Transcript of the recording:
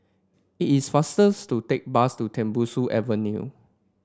it is faster to take bus to Tembusu Avenue